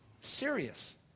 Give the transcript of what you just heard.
serious